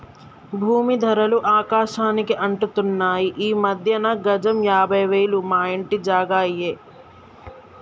భూమీ ధరలు ఆకాశానికి అంటుతున్నాయి ఈ మధ్యన గజం యాభై వేలు మా ఇంటి జాగా అయ్యే